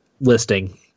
listing